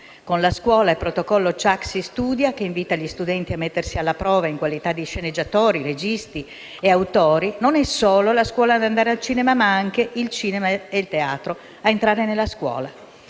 Con la scuola ed il protocollo Ciak-Si studia!, che invita gli studenti a mettersi alla prova in qualità di sceneggiatori, registi e autori, non è solo la scuola ad andare al cinema, ma anche il cinema e il teatro a entrare nella scuola.